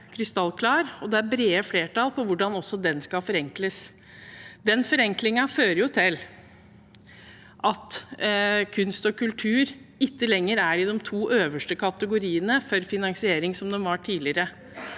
og det er brede flertall for hvordan også den skal forenkles. Den forenklingen fører jo til at kunst og kultur ikke lenger er i de to øverste kategoriene for finansiering, som de var tidligere.